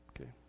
Okay